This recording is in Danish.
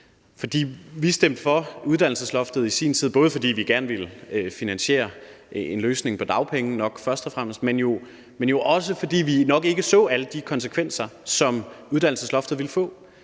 i sin tid for uddannelsesloftet, nok først og fremmest fordi vi gerne ville finansiere en løsning vedrørende dagpengene, men jo nok også, fordi vi ikke så alle de konsekvenser, som uddannelsesloftet ville få.